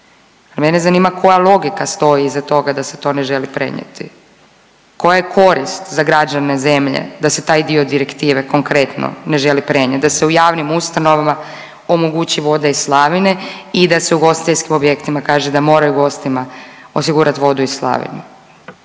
A mene zanima koja logika stoji iza toga da se to ne želi prenijeti? Koja je korist za građane zemlje da se taj dio direktive konkretno ne želi prenijeti, da se u javnim ustanovama omogući voda iz slavine i da se ugostiteljskim objektima kaže da moraju gostima osigurati vodu iz slavine?